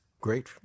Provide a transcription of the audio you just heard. Great